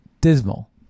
dismal